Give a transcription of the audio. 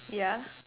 ya